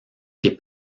que